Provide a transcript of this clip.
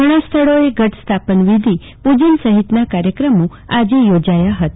ઘણા સ્થળોએ ઘટસ્થાપનવિધી પુજન સહિતના કાર્યક્રમો યોજાયા ફતા